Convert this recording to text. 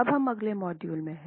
अब हम अगले मॉड्यूल में हैं